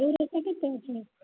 ଓଉ ରେଟ୍ ଟା କେତେ ଅଛି